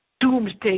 Doomsday